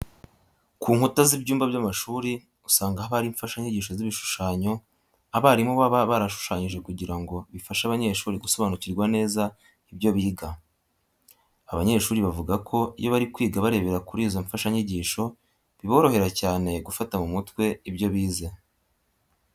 Ku nkuta z'ibyumba by'amashuri usanga haba hari imfashanyigisho z'ibishushanyo abarimu baba barashushanyije kugira ngo bifashe abanyeshuri gusobanukirwa neza ibyo biga. Abanyeshuri bavuga ko iyo bari kwiga barebera kuri izo mfashanyigisho biborohera cyane gufata mu mutwe ibyo bize.